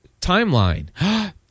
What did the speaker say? timeline